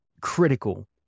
critical